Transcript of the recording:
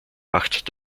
macht